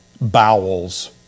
bowels